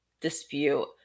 dispute